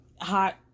hot